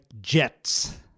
jets